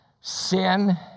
sin